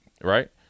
Right